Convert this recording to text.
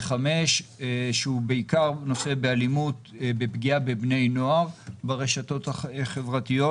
שהוא בעיקר עוסק באלימות בפגיעה בבני נוער ברשתות החברתיות.